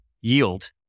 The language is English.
yield